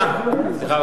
סליחה,